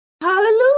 Hallelujah